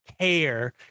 care